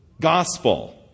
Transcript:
gospel